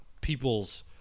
people's